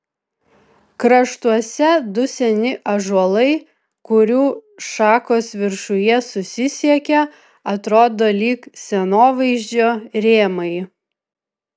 kraštuose du seni ąžuolai kurių šakos viršuje susisiekia atrodo lyg scenovaizdžio rėmai